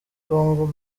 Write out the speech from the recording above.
congo